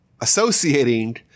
associating